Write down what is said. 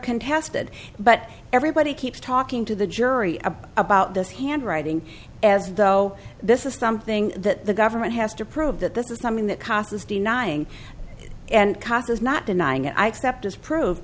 contested but everybody keeps talking to the jury about about this handwriting as though this is something that the government has to prove that this is something that causes denying and causes not denying it i accept as pro